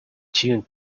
ĉiun